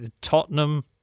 Tottenham